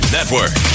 Network